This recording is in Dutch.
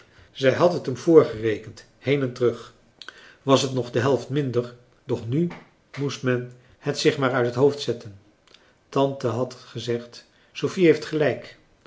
zij had het hem voorgerekend heen en terug was het nog de helft minder doch nu moest men het zich maar uit het hoofd zetten tante had gezegd sophie heeft gelijk